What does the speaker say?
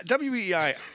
WEI